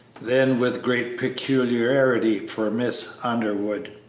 then with great particularity for miss underwood.